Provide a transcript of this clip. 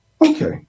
Okay